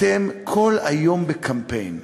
אתם כל היום בקמפיין,